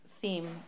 theme